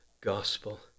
gospel